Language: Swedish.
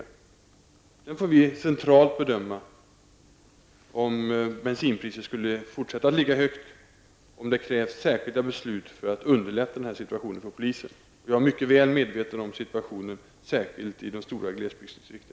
Sedan får vi centralt bedöma -- om bensinpriserna skulle fortsätta att ligga högt -- om det krävs särskilda beslut för att underlätta situationen för poliser. Jag är väl medveten om situationen, särskilt i de stora glesbygdsdistrikten.